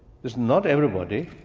it's not everybody,